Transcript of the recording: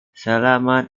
selamat